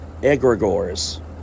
egregores